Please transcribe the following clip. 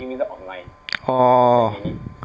orh